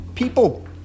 People